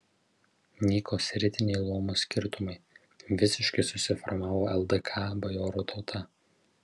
nyko sritiniai luomo skirtumai visiškai susiformavo ldk bajorų tauta